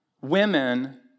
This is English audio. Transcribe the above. women